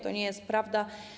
To nie jest prawda.